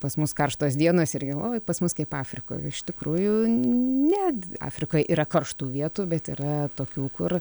pas mus karštos dienos irgi oi pas mus kaip afrikoj o iš tikrųjų ne afrikoj yra karštų vietų bet yra tokių kur